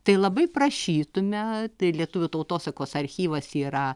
tai labai prašytume tai lietuvių tautosakos archyvas yra